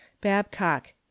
babcock